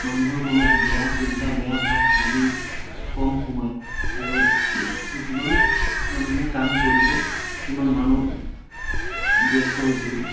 মানুহৰ মনত বেয়া চিন্তা বেয়া ভাব আদি কম সোমায় আৰু যিমান মানুহে কাম কৰিব সিমান মানুহ ব্যস্ত হৈ থাকিব